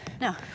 No